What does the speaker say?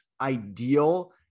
ideal